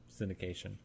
Syndication